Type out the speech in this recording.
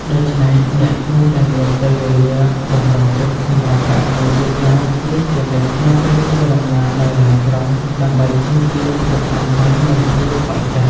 ដូច្នេះ អ្នកគួរតែមាន ពេលវេលាបម្រុងទុក សម្រាប់ករណីយឺតយ៉ាវនេះជានិច្ច នៅពេលធ្វើដំណើរដោយឡានក្រុង ដើម្បីជៀសវាងភាពតានតឹង និងភាពខកចិត្ត។